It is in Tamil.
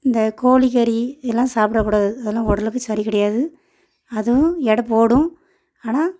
இந்த கோழி கறி இதெல்லாம் சாப்பிடக் கூடாது அதெல்லாம் உடலுக்குச் சரி கிடையாது அதுவும் எடை போடும் ஆனால்